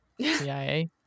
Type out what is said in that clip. cia